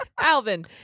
Alvin